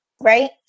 right